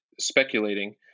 speculating